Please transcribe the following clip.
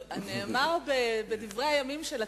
זה נאמר בדברי הימים של הכנסת.